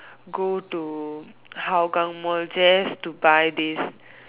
go to Hougang Mall just to buy this